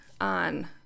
on